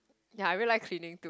ya I really like cleaning